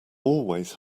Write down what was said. always